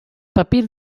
papir